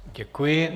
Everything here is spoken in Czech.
Děkuji.